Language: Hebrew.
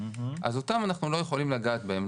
אז אנחנו לא יכולים לגעת בהם.